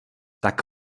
tak